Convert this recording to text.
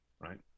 right